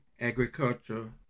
agriculture